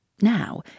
Now